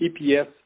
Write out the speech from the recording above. EPS